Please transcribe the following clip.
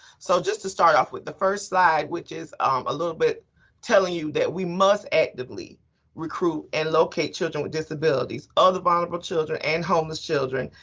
so just to start off with the first slide, which is um a little bit telling you that we must actively recruit and locate children with disabilities, other vulnerable children and homeless children,